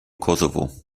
kosovo